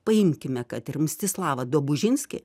paimkime kad ir mstislavą dobužinskį